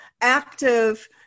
active